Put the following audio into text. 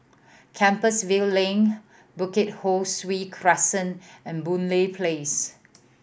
Compassvale Link Bukit Ho Swee Crescent and Boon Lay Place